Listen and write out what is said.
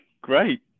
great